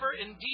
Indeed